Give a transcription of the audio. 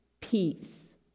peace